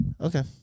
Okay